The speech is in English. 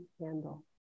candle